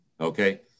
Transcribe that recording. Okay